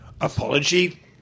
Apology